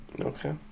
okay